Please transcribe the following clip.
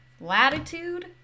latitude